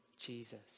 Jesus